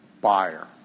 buyer